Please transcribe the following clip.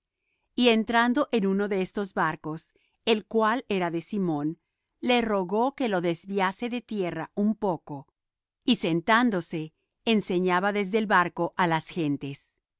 y entrado en uno de estos barcos el cual era de simón le rogó que lo desviase de tierra un poco y sentándose enseñaba desde el barco á las gentes y